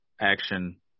action